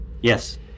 Yes